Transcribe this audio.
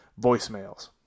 voicemails